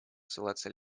ссылаться